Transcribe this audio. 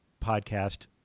podcast